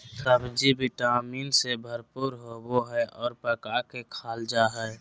सब्ज़ि vitamin से भरपूर होबय हइ और पका के खाल जा हइ